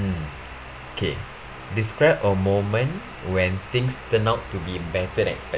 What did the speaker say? mm okay describe a moment when things turn out to be better than expected